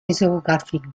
muséographique